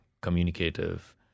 communicative